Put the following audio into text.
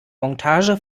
montage